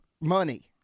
money